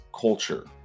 culture